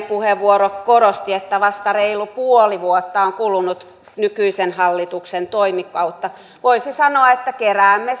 puheenvuoro korosti vasta reilu puoli vuotta on kulunut nykyisen hallituksen toimikautta voisi sanoa että keräämme